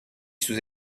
sous